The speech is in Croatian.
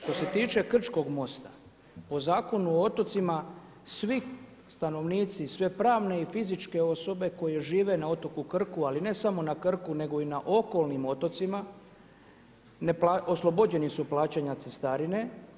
Što se tiče Krčkog mosta, po Zakonu o otocima, svi stanovnici, sve pravne i fizičke osobe koje žive na otoku Krku, ali ne samo na Krku, nego i na okolnim otocima, oslobođeni su plaćanja cestarine.